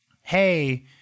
hey